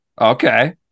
Okay